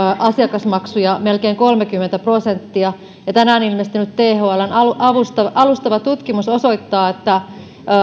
asiakasmaksuja melkein kolmekymmentä prosenttia ja tänään ilmestynyt thln alustava alustava tutkimus osoittaa että